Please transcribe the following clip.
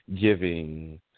giving